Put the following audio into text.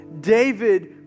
David